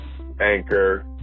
Anchor